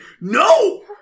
No